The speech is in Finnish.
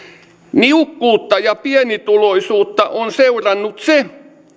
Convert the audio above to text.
niukkuutta ja pienituloisuutta on seurannut se